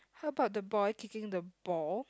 how about the boy kicking the ball